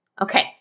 Okay